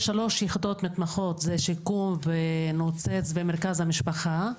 יש 3 יחידות מתמחות, זה שיקום ונוצץ ומרכז המשפחה.